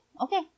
okay